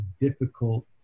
difficult